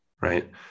right